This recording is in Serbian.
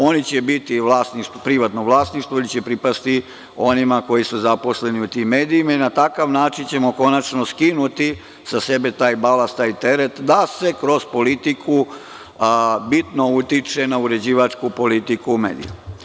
Oni će biti u privatnom vlasništvu i pripašće onima koji su zaposleni u tim medijima i na takav način ćemo konačno skinuti sa sebe taj balans, taj teret da se kroz politiku bitno utiče na uređivačku politiku u medijima.